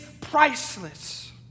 priceless